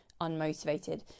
unmotivated